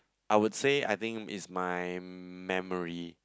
I would say I think is my memory